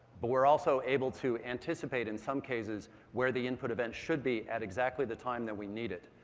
but we're also able to anticipate in some cases where the input events should be at exactly the time that we need it.